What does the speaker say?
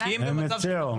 הם הציעו.